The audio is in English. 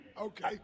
Okay